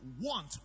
want